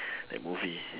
that movie